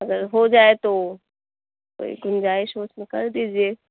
اگر ہو جائے تو كوئی گُنجائش ہو اِس میں تو كر دیجیے